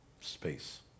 space